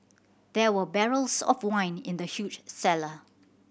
there were barrels of wine in the huge cellar